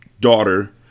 daughter